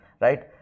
right